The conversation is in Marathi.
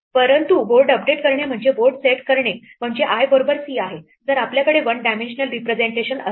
परंतु बोर्ड अपडेट करणे म्हणजे बोर्ड सेट करणे म्हणजे i बरोबर c आहे जर आपल्यालाकडे वन डायमेन्शनल रिप्रेझेंटेशन असेल